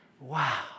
wow